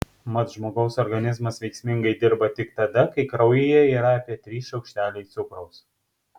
mat žmogaus organizmas veiksmingai dirba tik tada kai kraujyje yra apie trys šaukšteliai cukraus